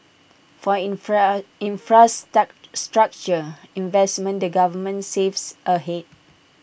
for structure investments the government saves ahead